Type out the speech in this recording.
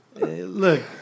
Look